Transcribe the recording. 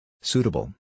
Suitable